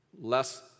less